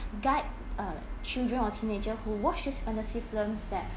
guide uh children or teenager who watch these fantasy films that